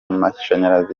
mashanyarazi